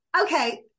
okay